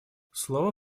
слово